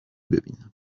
ببینم